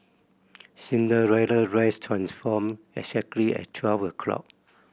Cinderella dress transformed exactly at twelve o'clock